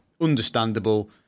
Understandable